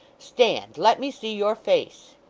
stand let me see your face